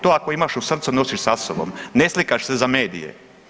To ako imaš u srcu nosiš sa sobom, ne slikaš se za medije.